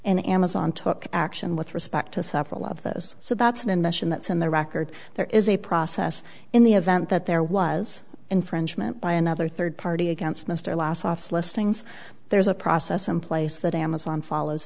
and amazon took action with respect to suffer all of this so that's an admission that's in the record there is a process in the event that there was infringement by another third party against mr last off listings there's a process in place that amazon follows